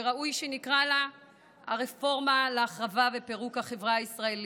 שראוי שנקרא לה "הרפורמה להרחבה ופירוק החברה הישראלית".